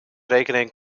rekening